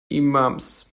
imams